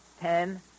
ten